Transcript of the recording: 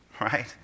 right